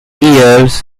years